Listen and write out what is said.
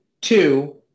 Two